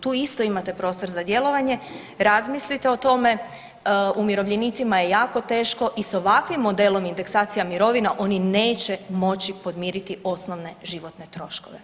Tu isto imate prostor za djelovanje, razmislite o tome, umirovljenicima je jako teško i sa ovakvim modelom indeksacija mirovina oni neće moći podmiriti osnovne životne troškove.